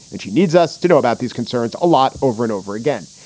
and she needs us to know about these concerns a lot over and over again.